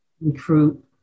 recruit